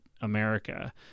America